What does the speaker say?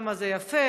כמה זה יפה,